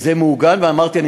וזה מעוגן, אמרתי.